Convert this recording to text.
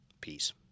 Peace